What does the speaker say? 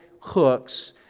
hooks